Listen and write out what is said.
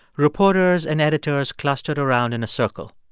reporters and editors clustered around in a circle.